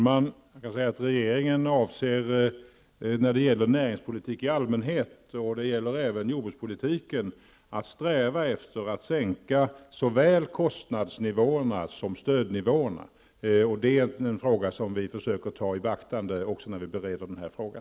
Fru talman! När det gäller näringspolitik i allmänhet men även jordbrukspolitiken är det regeringens strävan att sänka såväl kostnadsnivåerna som stödnivåerna. Det är egentligen en fråga som vi försöker ta i beaktande också vid beredningen av den här frågan.